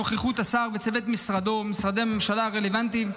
בהצעת החוק בנוכחות השר וצוות משרדו ומשרדי הממשלה הרלוונטיים,